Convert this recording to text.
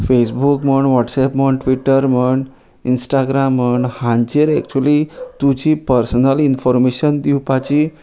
Facebook म्हण WhatsApp म्हूण Twitter म्हण इंस्टाग्राम म्हण हांचेर एक्चुली तुजी पर्सनल इनफोर्मेशन दिवपाची